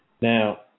Now